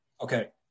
Okay